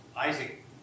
Isaac